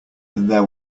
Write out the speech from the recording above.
there